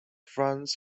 franz